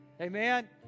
Amen